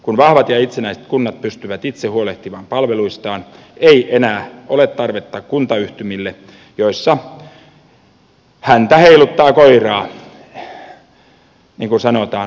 kun vahvat ja itsenäiset kunnat pystyvät itse huolehtimaan palveluistaan ei enää ole tarvetta kuntayhtymille joissa häntä heiluttaa koiraa niin kuin sanotaan